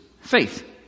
faith